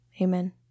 amen